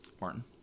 Martin